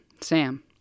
Sam